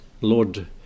Lord